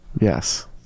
Yes